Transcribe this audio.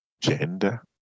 gender